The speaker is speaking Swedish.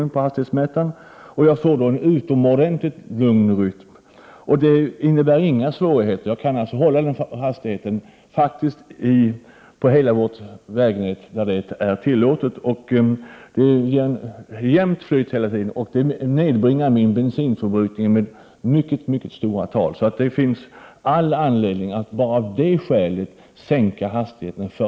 Min erfarenhet är då att jag får en utomordentligt lugn rytm. Jag kan utan svårigheter hålla denna hastighet på hela vårt vägnät, där den är tillåten. Det blir ett jämnt flyt hela tiden och det nedbringar min bensinförbrukning med mycket stora tal. Det finns all anledning att enbart av det skälet sänka 65 Prot.